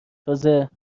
تازه